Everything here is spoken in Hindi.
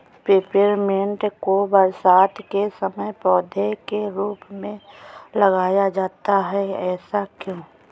पेपरमिंट को बरसात के समय पौधे के रूप में लगाया जाता है ऐसा क्यो?